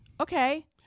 Okay